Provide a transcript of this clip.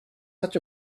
such